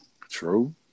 true